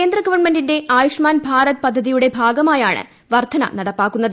കേന്ദ്ര് ഗവൺമെന്റിന്റെ ആയുഷ്മാൻ ഭാരത് പദ്ധതിയുടെ ഭാഗമായാണ് വർദ്ധന നടപ്പാക്കുന്നത്